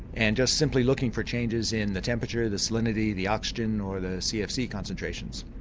and just simply looking for changes in the temperature, the salinity, the oxygen or the cfc concentrations.